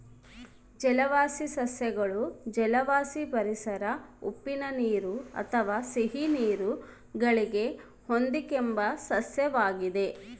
ಜಲವಾಸಿ ಸಸ್ಯಗಳು ಜಲವಾಸಿ ಪರಿಸರ ಉಪ್ಪುನೀರು ಅಥವಾ ಸಿಹಿನೀರು ಗಳಿಗೆ ಹೊಂದಿಕೆಂಬ ಸಸ್ಯವಾಗಿವೆ